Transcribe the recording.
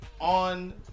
on